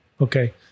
okay